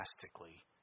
drastically